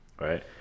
right